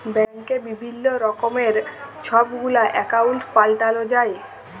ব্যাংকে বিভিল্ল্য রকমের ছব গুলা একাউল্ট পাল্টাল যায়